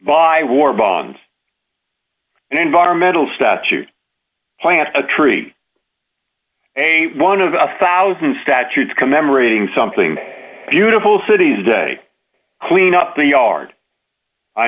by war bonds and environmental statute plant a tree a one of a one thousand statutes commemorating something beautiful cities day clean up the art i